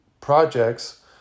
projects